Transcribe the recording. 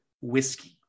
whiskey